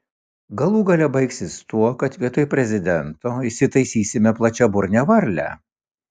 galų gale baigsis tuo kad vietoj prezidento įsitaisysime plačiaburnę varlę